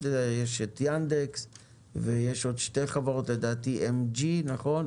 יש יאנדקס ועוד שתי חברות: GM. נכון?